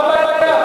מה הבעיה?